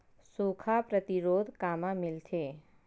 सुखा प्रतिरोध कामा मिलथे?